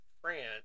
France